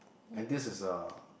and this is uh